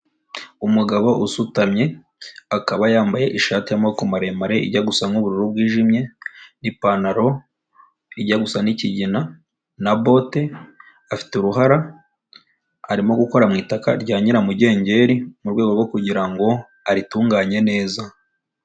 Umugabo usutamye akaba yambaye ishati y'amaboko maremare ijya gusa nk'ubururu bwijimye n'ipantaro ijya gusa n'ikigina na bote, afite uruhara arimo gukora mu itaka rya nyiramugengeri mu rwego rwo kugira ngo aritunganye neza.